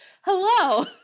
Hello